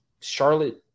Charlotte